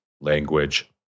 language